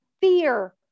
fear